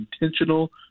intentional